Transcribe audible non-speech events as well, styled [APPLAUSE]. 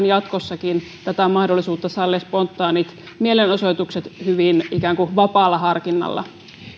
[UNINTELLIGIBLE] jatkossakin tätä mahdollisuutta sallia spontaanit mielenosoitukset ikään kuin hyvin vapaalla harkinnalla